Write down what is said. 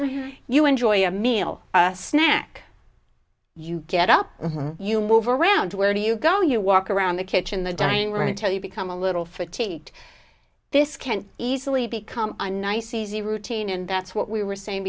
down you enjoy a meal snack you get up you move around where do you go you walk around the kitchen the dining room until you become a little fatigued this can easily become a nice easy routine and that's what we were saying